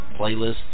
playlists